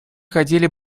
хотели